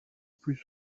plus